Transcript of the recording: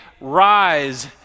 rise